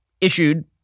issued